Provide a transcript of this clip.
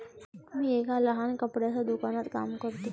मी एका लहान कपड्याच्या दुकानात काम करतो